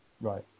Right